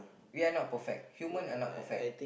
we are not perfect human are not perfect